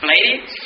Ladies